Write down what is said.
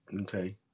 Okay